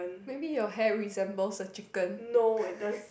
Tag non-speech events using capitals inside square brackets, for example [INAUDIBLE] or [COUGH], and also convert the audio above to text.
maybe your hair resembles a chicken [LAUGHS]